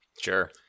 Sure